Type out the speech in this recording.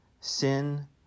sin